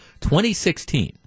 2016